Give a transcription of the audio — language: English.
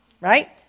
right